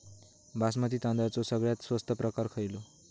बासमती तांदळाचो सगळ्यात स्वस्त प्रकार खयलो?